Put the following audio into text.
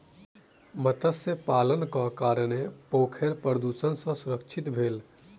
मत्स्य पालनक कारणेँ पोखैर प्रदुषण सॅ सुरक्षित भेल